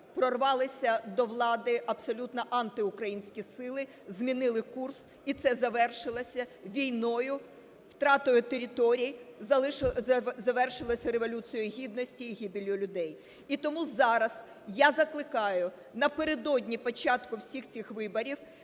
прорвалися до влади абсолютно антиукраїнські сили, змінили курс, і це завершилося війною, втратою територій, завершилося Революцією Гідності і гибеллю людей. І тому зараз я закликаю напередодні початку всіх цих виборів